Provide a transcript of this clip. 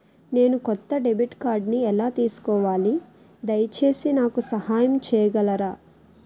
నేను కొత్త డెబిట్ కార్డ్ని ఎలా తీసుకోవాలి, దయచేసి నాకు సహాయం చేయగలరా?